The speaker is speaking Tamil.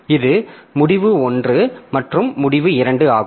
இது முடிவு 1 மற்றும் முடிவு 2 ஆகும்